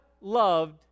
loved